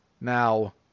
Now